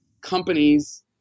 companies